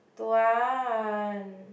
don't want